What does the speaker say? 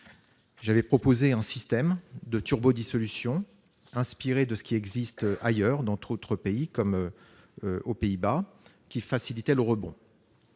J'avais proposé un système de « turbo-dissolution » inspiré de ce qui existe dans d'autres pays, comme les Pays-Bas, qui faciliterait le rebond.